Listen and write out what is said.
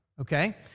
okay